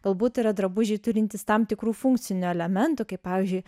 galbūt yra drabužiai turintys tam tikrų funkcinių elementų kaip pavyzdžiui